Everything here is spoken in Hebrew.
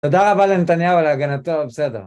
תודה רבה לנתניהו ולהגנתו, בסדר.